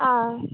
ஆ